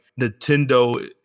Nintendo